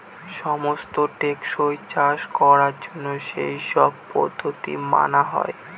সমস্ত টেকসই চাষ করার জন্য সেই সব পদ্ধতি মানা হয়